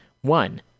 One